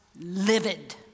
livid